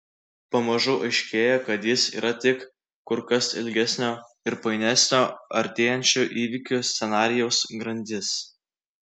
pamažu aiškėja kad jis yra tik kur kas ilgesnio ir painesnio artėjančių įvykių scenarijaus grandis